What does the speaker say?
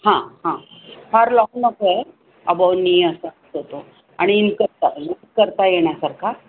हां हां far long नको आहे अबॉव नी असा असतो तो आणि कसा इन करता येण्यासारखा